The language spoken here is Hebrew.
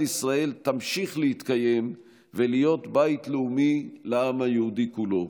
ישראל תמשיך להתקיים ולהיות בית לאומי לעם היהודי כולו.